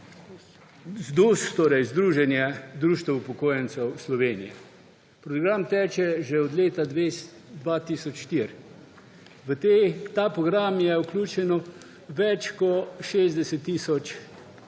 Združenje društev upokojencev Slovenije. Program teče že od leta 2004. V ta program je vključeno več kot 60 tisoč